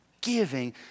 giving